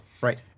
Right